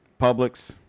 Publix